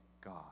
God